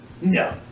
No